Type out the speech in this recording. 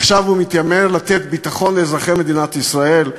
עכשיו הוא מתיימר לתת ביטחון לאזרחי מדינת ישראל?